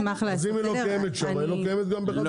אז אם היא לא קיימת שם היא לא קיימת גם באחד וחצי.